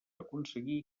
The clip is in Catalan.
aconseguir